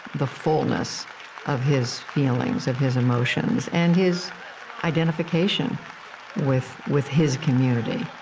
the fullness of his feelings, of his emotions, and his identification with, with his community.